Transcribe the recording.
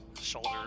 shoulder